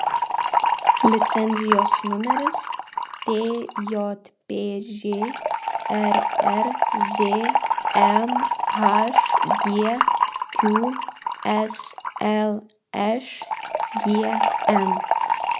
licenzijos numeris tjpž rrzm hgqs lšgn